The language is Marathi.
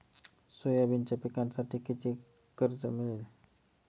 सोयाबीनच्या पिकांसाठी किती कर्ज मिळेल?